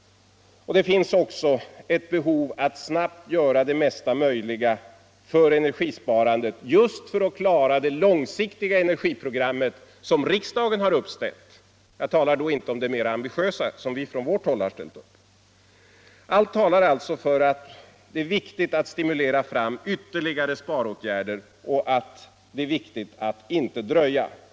Det finns också ett behov att snabbt göra det mesta möjliga för energisparandet just för att klara det långsiktiga energiprogram som riksdagen har uppställt. Jag talar då inte om det mera ambitiösa program som vi från vårt håll har ställt upp. Allt talar alltså för att det är viktigt att stimulera fram ytterligare sparåtgärder och att det är viktigt att inte dröja.